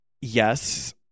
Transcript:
Yes